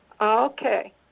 Okay